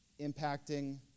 impacting